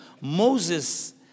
Moses